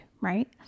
right